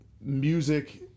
music